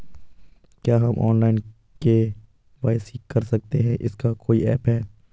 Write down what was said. क्या हम online KYC कर सकते हैं इसका कोई ऐप है?